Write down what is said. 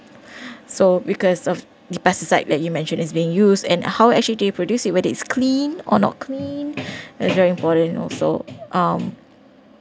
so because of the pesticide that you mentioned is being used and how actually they produce it whether it's clean or not clean that's very important also um